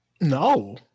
No